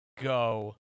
go